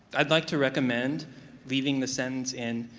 i'd like to recommend leaving the sentence in.